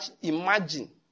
Imagine